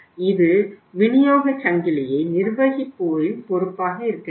இது விநியோகச் சங்கிலியை நிர்வகிப்போரின் பொறுப்பாக இருக்க வேண்டும்